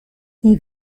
die